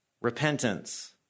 repentance